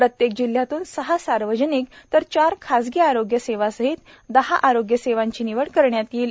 प्रत्येक जिल्ह्यातून सहा सार्वजनिक तर चार खाजगी आरोग्य सेवांसहित दहा आरोग्य सेवांची निवड करण्यात येईल